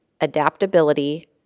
adaptability